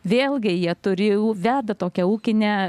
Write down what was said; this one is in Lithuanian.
vėlgi jie turi veda tokią ūkinę